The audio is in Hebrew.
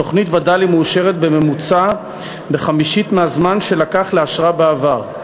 תוכנית וד"לים מאושרת בממוצע בחמישית מהזמן שלקח לאשרה בעבר.